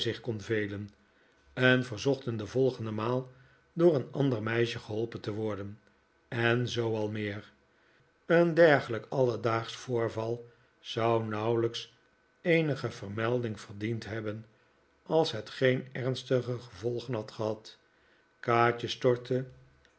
en verzochten de volgende maal door een ander meisje geholpen te worden en zoo al meer een dergelijk alledaagsch voorval zou nauwelijks eenige vermelding verdiend hebben als het geen ernstige gevolgen had gehad